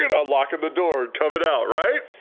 it! unlocking the door and coming out, right?